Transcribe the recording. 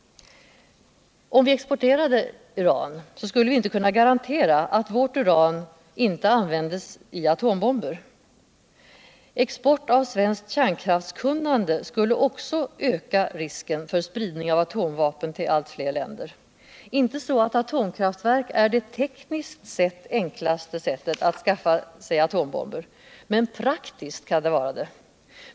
Om vi exporterade uran skulle vi inte kunna garantera att vårt uran inte användes i atombomber. Export av svenskt kärnkraftskunnande skulle också kunna Öka risken för spridning av atomvapen till fler länder. Inte så att atomkraftverk är det tekniskt set enklaste sättet att skaffa atombomber. Men praktiskt kan det vara det.